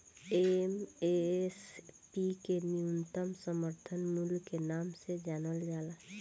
MSP के न्यूनतम समर्थन मूल्य के नाम से जानल जाला